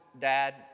Dad